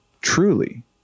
truly